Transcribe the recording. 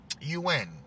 UN